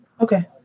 Okay